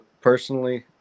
Personally